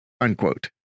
Unquote